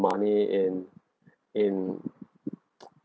money in in